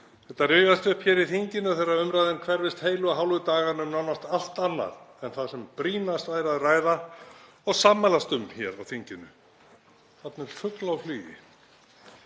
Þetta rifjast upp hér í þinginu þegar umræðan hverfist heilu og hálfu dagana um nánast allt annað en það sem brýnast væri að ræða og sammælast um hér. Þarna er fugl á flugi.